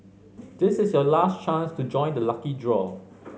this is your last chance to join the lucky draw